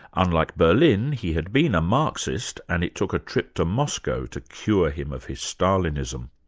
unlike berlin, he had been a marxist and it took a trip to moscow to cure him of his stalinism.